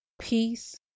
peace